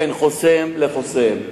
בין חוסם לחוסם.